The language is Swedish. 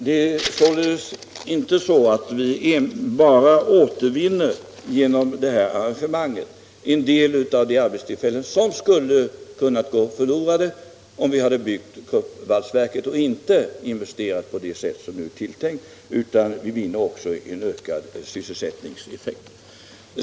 Det är alltså inte bara så att vi genom detta arrangemang återvinner en del av de arbetstillfällen som skulle ha kunnat gå förlorade om vi hade byggt Kruppvalsverket och inte investerat som nu är tänkt, utan vi vinner också en ökad sysselsättning.